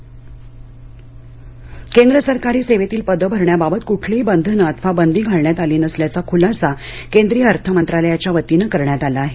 अर्थ मंत्रालय केंद्र सरकारी सेवेतील पदं भरण्याबाबत कुठलीही बंधनं अथवा बंदी घालण्यात आली नसल्याचा खुलासा केंद्रीय अर्थमंत्रालयाच्या वतीनं करण्यात आला आहे